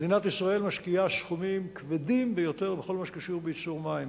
מדינת ישראל משקיעה סכומים כבדים ביותר בכל מה שקשור בייצור מים,